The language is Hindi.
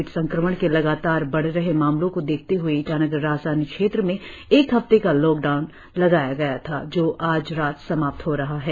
कोविड संक्रमण के लगातार बढ रहे मामलों को देखते हए ईटानगर राजधानी क्षेत्र में एक हफ्ते का लॉकडाउन लगाया गया था जो आज रात समाप्त हो रहा है